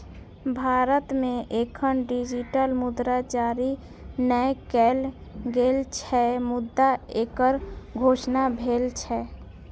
भारत मे एखन डिजिटल मुद्रा जारी नै कैल गेल छै, मुदा एकर घोषणा भेल छै